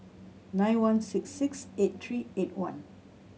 nine one six six eight three eight one